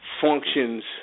functions